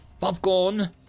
Popcorn